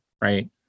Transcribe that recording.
Right